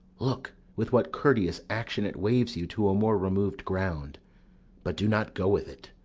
look with what courteous action it waves you to a more removed ground but do not go with it!